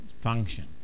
function